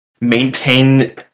maintain